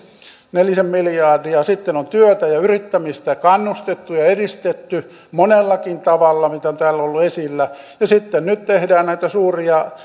nelisen miljardia sitten on työtä ja yrittämistä kannustettu ja edistetty monellakin tavalla mitä on täällä ollut esillä ja nyt tehdään näitä suuria